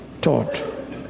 taught